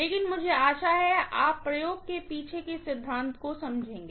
लेकिन मुझे आशा है कि आप प्रयोग के पीछे के सिद्धांत को समझेंगे